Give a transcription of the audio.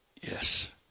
Yes